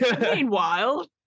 Meanwhile